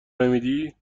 نمیدی